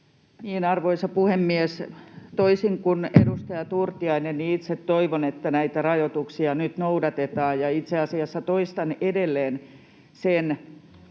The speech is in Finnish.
Arvoisa puhemies! Toisin kuin edustaja Turtiainen, itse toivon, että näitä rajoituksia nyt noudatetaan. Itse asiassa toistan edelleen sen